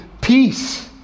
Peace